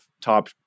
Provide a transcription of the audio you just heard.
top